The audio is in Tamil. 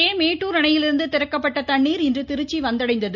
இதனிடையே மேட்டுர் அணையிலிருந்து திறக்கப்பட்ட தண்ணீர் இன்று திருச்சி வந்தடைந்தது